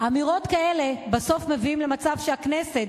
אמירות כאלה בסוף מביאות למצב שהכנסת,